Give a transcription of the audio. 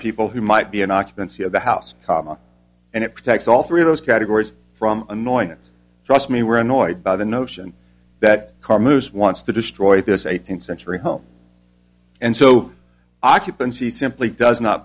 people who might be an occupancy of the house comma and it protects all three of those categories from annoyance trust me we're annoyed by the notion that car moves wants to destroy this eighteenth century home and so occupancy simply does not